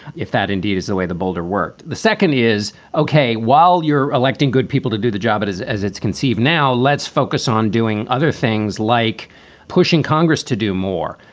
if that indeed is the way the boulder worked. the second is, ok, while you're electing good people to do the job it is as it's conceived. now let's focus on doing other things like pushing congress to do more,